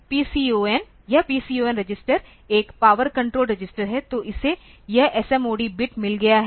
यह PCON register एक power control register है तो इसे यह SMOD बिट मिल गया है